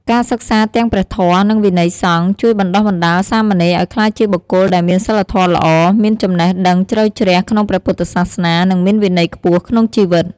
ការសិក្សាទាំងព្រះធម៌ និងវិន័យសង្ឃ ជួយបណ្តុះបណ្តាលសាមណេរឱ្យក្លាយជាបុគ្គលដែលមានសីលធម៌ល្អ មានចំណេះដឹងជ្រៅជ្រះក្នុងព្រះពុទ្ធសាសនា និងមានវិន័យខ្ពស់ក្នុងជីវិត។